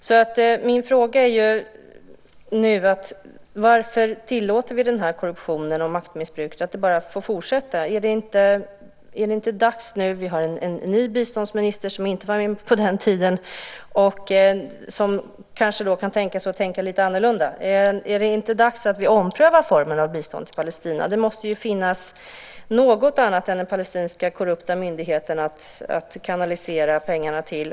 Jag vill nu fråga: Varför tillåter vi att korruptionen och maktmissbruket får fortsätta? Är det inte dags att ompröva formen av bistånd till Palestina? Vi har en ny biståndsminister som inte var med på den tiden, och som kanske kan tänka sig att tänka lite annorlunda. Det måste väl finnas några andra än den palestinska korrupta myndigheten att kanalisera pengarna till.